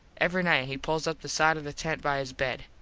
every nite he pulls up the side of the tent by his bed.